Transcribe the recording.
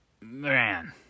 man